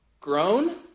grown